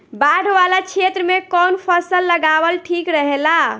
बाढ़ वाला क्षेत्र में कउन फसल लगावल ठिक रहेला?